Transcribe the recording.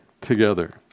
together